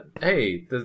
Hey